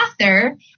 author